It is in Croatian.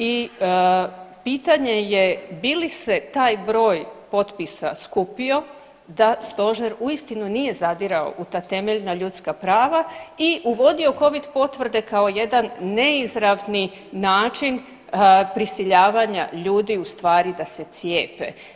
I pitanje je bi li se taj broj potpisa skupio da Stožer uistinu nije zadirao u ta temeljna ljudska prava i uvodio covid potvrde kao jedan neizravni način prisiljavanja ljudi u stvari da se cijepe.